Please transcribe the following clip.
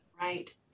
Right